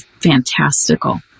fantastical